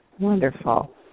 Wonderful